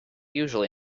usually